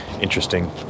interesting